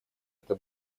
это